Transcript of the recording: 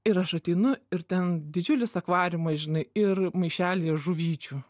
ir aš ateinu ir ten didžiulis akvariumas žinai ir maišelyje žuvyčių